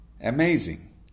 Amazing